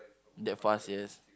that fast yes